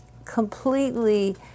completely